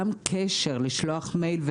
גם קשר כמו שליחת מייל,